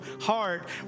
heart